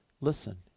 Listen